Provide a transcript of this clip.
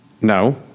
no